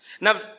Now